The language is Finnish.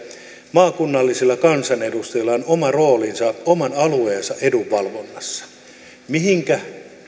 maakunnallisilla kansanedustajilla on oma roolinsa oman alueensa edunvalvonnassa mihinkä